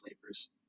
flavors